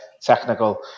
technical